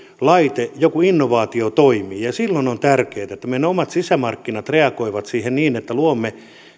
laite joku innovaatio toimii ja silloin on tärkeätä että meidän omat sisämarkkinat reagoivat siihen niin että luomme